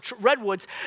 redwoods